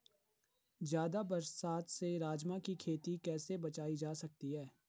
ज़्यादा बरसात से राजमा की खेती कैसी बचायी जा सकती है?